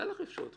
הייתה לך אפשרות.